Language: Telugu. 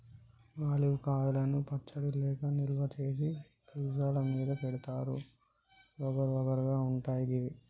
ఆలివ్ కాయలను పచ్చడి లెక్క నిల్వ చేసి పిజ్జా ల మీద పెడుతారు వగరు వగరు గా ఉంటయి గివి